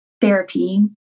therapy